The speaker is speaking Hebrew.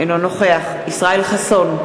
אינו נוכח ישראל חסון,